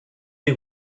des